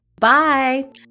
Bye